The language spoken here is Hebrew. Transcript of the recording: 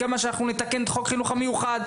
כמה שאנחנו נתקן את חוק החינוך המיוחד,